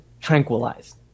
tranquilized